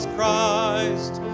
Christ